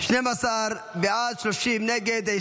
12 בעד, 30 נגד.